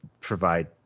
provide